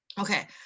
Okay